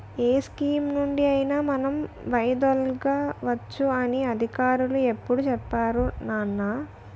ఏ స్కీమునుండి అయినా మనం వైదొలగవచ్చు అని అధికారులు ఇప్పుడే చెప్పేరు నాన్నా